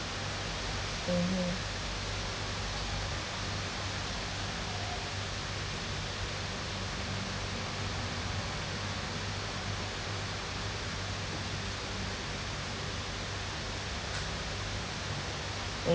mmhmm